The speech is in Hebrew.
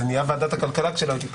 זה נהיה ועדת הכלכלה כשלא הייתי פה.